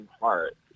heart